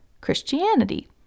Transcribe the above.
Christianity